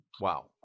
Wow